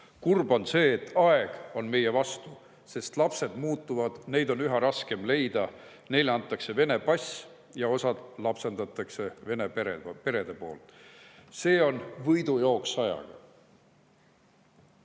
Kurb on see, et aeg on meie vastu, sest lapsed muutuvad, neid on üha raskem leida, neile antakse vene pass, osad lapsendatakse vene perede poolt. See on selline võidujooks ajaga."